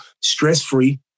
stress-free